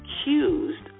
accused